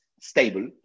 stable